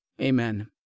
Amen